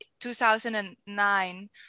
2009